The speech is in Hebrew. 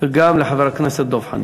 לחבר הכנסת דב חנין.